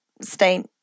stay